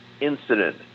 Incident